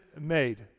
made